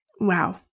Wow